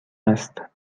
است